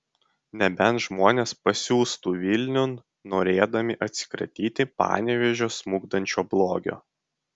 nebent žmonės pasiųstų vilniun norėdami atsikratyti panevėžio smukdančio blogio